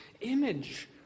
image